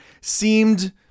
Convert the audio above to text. seemed